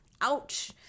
Ouch